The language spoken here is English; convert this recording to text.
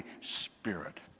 Spirit